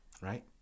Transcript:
right